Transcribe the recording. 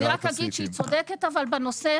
אני רק אגיד שהיא צודקת בנושא,